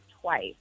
twice